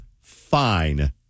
fine